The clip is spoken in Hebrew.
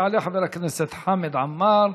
יעלה חבר הכנסת חמד עמאר,